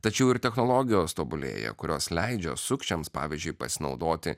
tačiau ir technologijos tobulėja kurios leidžia sukčiams pavyzdžiui pasinaudoti